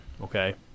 okay